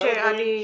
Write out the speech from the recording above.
אני רוצה,